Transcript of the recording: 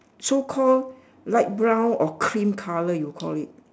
so call light brown or cream colour if you call it